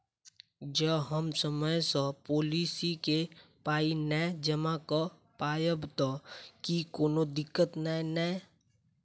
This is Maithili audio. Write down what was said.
जँ हम समय सअ पोलिसी केँ पाई नै जमा कऽ पायब तऽ की कोनो दिक्कत नै नै?